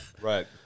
Right